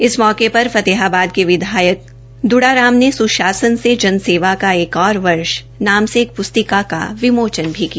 इस मौके पर फतेहाबाद के विधायक द्ड़ा राम ने स्शासन से जन सेवा का एक और वर्ष नाम से एक प्स्तिका का विमोचन किया